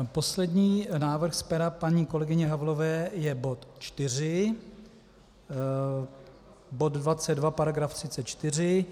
Poslední návrh z pera paní kolegyně Havlové je bod 4, bod 22, § 34.